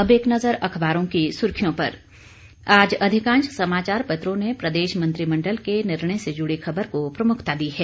अब एक नजर अखबारों की सुर्खियों पर आज अधिकांश समाचार पत्रों ने प्रदेश मंत्रिमण्डल के निर्णय से जुड़ी खबर को प्रमुखता दी है